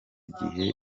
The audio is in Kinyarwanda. gihe